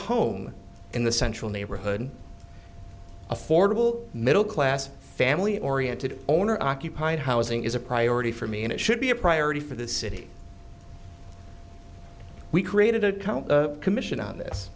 home in the central neighborhood affordable middle class family oriented owner occupied housing is a priority for me and it should be a priority for the city we created account the commission on this